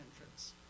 entrance